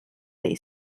day